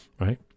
Right